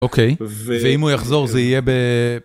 אוקיי, ואם הוא יחזור זה יהיה ב...